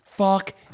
Fuck